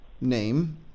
name